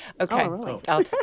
Okay